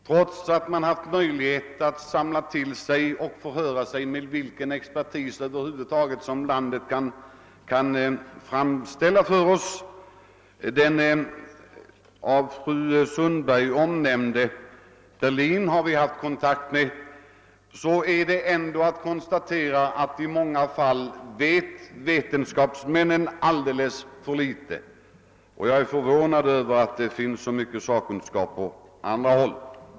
Trots att man haft möjlighet att samla ihop och förhöra sig med äll den expertis, som vårt land över huvud taget kan frambringa — vi har också haft kontakt med den av fru Sundberg omnämnde Berlin — kan vi konstatera : att vetenskapsmännen i många avseenden vet alldeles för litet. Jag är förvånad över att det finns så mycket sakkunskap på andra håll.